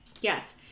Yes